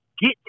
get